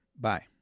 Bye